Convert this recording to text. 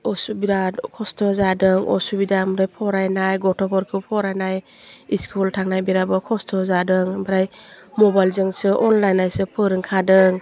बिराद खस्थ' जादों असुबिदा आमफ्राय फरायनाय गथ'फोरखौ फरायनाय इस्कुल थांनाय बिराबो खस्थ' जादों आमफ्राय मबाइलजोंसो अनलाइनासो फोरोंखादों